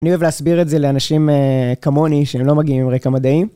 אני אוהב להסביר את זה לאנשים אה... כמוני, שהם לא מגיעים עם רקע מדעי.